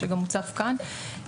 שגם הוצף כאן.